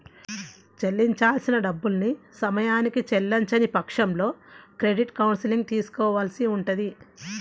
చెల్లించాల్సిన డబ్బుల్ని సమయానికి చెల్లించని పక్షంలో క్రెడిట్ కౌన్సిలింగ్ తీసుకోవాల్సి ఉంటది